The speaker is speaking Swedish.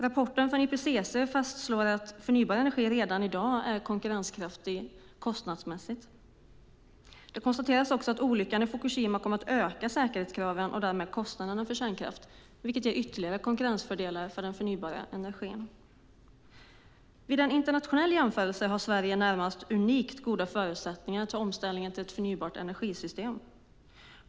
Rapporten från IPCC fastslår att förnybar energi redan i dag är konkurrenskraftig kostnadsmässigt. Det konstateras också att olyckan i Fukushima kommer att öka säkerhetskraven och därmed kostnaderna för kärnkraften, vilket ger ytterligare konkurrensfördelar till den förnybara energin. Vid en internationell jämförelse har Sverige närmast unikt goda förutsättningar för en omställning till ett förnybart energisystem.